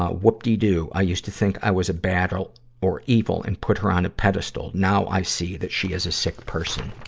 ah woopty do i used to think i was bad or evil and put her on a pedestal. now, i see that she is a sick person.